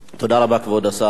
תודה רבה, כבוד השר.